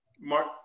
Mark